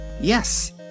Yes